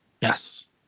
Yes